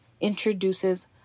introduces